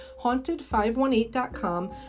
haunted518.com